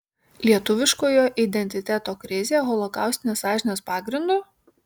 lietuviškojo identiteto krizė holokaustinės sąžinės pagrindu